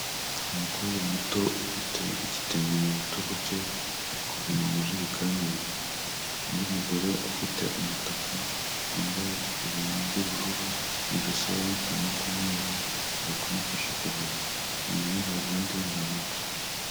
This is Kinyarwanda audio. Umukobwa muto ufite igitenge mu bitugu bye, ari kuvama amajerekani abiri, undi mugore ufite umutaka wambaye ibintu by'ubururu mu ijosi rimwekano k'umweru ari kumufasha kuvoma,i nyuma ye hari abandi bana benshi.